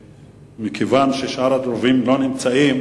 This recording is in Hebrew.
מכיוון ששאר הדוברים לא נמצאים,